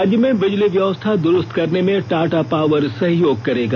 राज्य में बिजली व्यवस्था द्रूस्त करने में टाटा पावर सहयोग करेगा